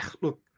look